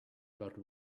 about